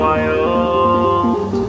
Wild